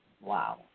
wow